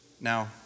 Now